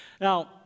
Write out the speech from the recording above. Now